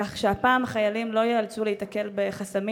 כך שהפעם חיילים לא יצטרכו להיתקל בחסמים